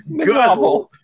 good